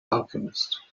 alchemist